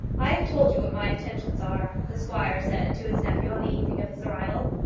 i have told you what my intentions are, the squire said to his nephew on the evening of his arrival.